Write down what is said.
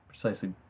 precisely